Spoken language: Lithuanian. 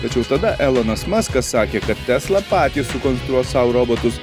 tačiau tada elonas maskas sakė kad tesla patys sukonstruos sau robotus